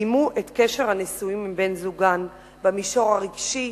סיימו את קשר הנישואים עם בן-זוגן, במישור הרגשי,